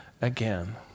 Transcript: again